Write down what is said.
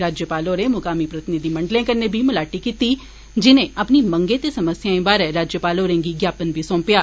राज्यपाल होरे मुकामी प्रतिनिधिमंडले कन्नै बी मलाटी कीती जिनें अपनी मंगै ते समस्याएं बारै राज्यपाल होरें गी ज्ञापन बी सौंपेआ